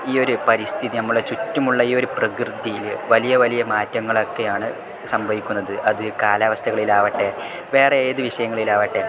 ഈ ഒരു പരിസ്ഥിതി നമ്മളെ ചുറ്റുമുള്ള ഈ ഒരു പ്രകൃതിയിൽ വലിയ വലിയ മാറ്റങ്ങളൊക്കെയാണ് സംഭവിക്കുന്നത് അത് കാലാവസ്ഥകളിലാവട്ടെ വേറെ ഏത് വിഷയങ്ങളിലാവട്ടെ